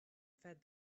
fed